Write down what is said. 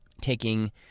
taking